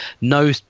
no